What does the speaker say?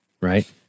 Right